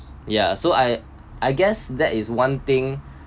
ya so I I guess that is one thing